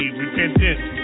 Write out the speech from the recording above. repentance